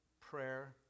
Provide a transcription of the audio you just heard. prayer